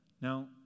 Now